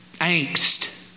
angst